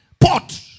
port